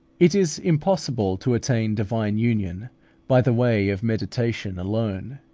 it is impossible to attain divine union by the way of meditation alone,